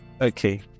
Okay